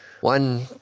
one